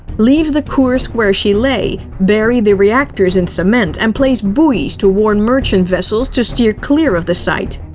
leave the kursk where she lay, bury the reactors in cement and place buoys to warn merchant vessels to steer clear of the site.